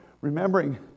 remembering